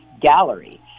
gallery